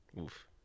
Oof